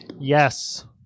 Yes